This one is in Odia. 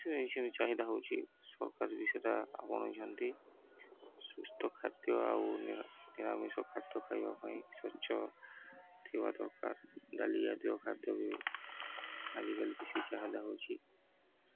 ସେ ସେ ଚାହିଦା ହେଉଛି ସରକାର ବିଷୟଟା ଆପଣଉଛନ୍ତି ସୁସ୍ଥ ଖାଦ୍ୟ ଆଉ ନିରାମିଷ ଖାଦ୍ୟ ଖାଇବା ପାଇଁ ସ୍ଵଚ୍ଛ ଥିବା ଦରକାର ଡ଼ାଲି ଜାତୀୟ ଖାଦ୍ୟ ବି ଆଜିକାଲି ବେଶୀ ଚାହିଦା ହେଉଛି